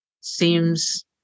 seems